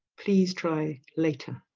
please try later